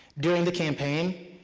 during the campaign,